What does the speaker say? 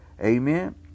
Amen